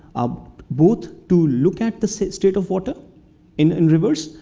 both to look at the state state of water in and rivers.